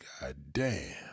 Goddamn